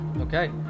Okay